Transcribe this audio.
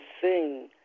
sing